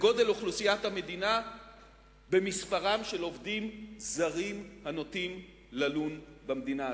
וגודל אוכלוסיית המדינה במספרם של עובדים זרים הנוטים ללון במדינה,